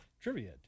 Trivia